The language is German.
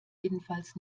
jedenfalls